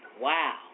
Wow